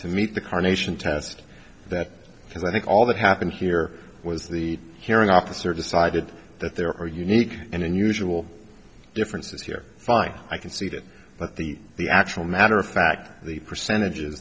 to meet the carnation test that because i think all that happened here was the hearing officer decided that there are unique and unusual differences here fine i can see that but the the actual matter of fact the percentages